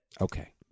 Okay